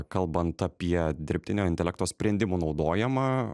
kalbant apie dirbtinio intelekto sprendimų naudojamą